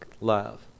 love